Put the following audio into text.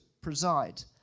preside